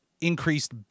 increased